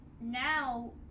now